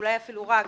ואולי אפילו רק,